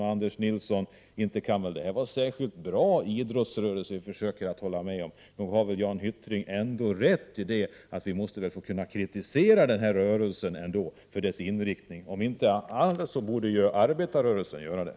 Och, Anders Nilsson, inte kan detta väl vara någon särskilt bra idrottsrörelse — nog har väl Jan Hyttring ändå rätt i att vi måste kunna få kritisera den för dess inriktning? Om inte annat borde arbetarrörelsen göra det.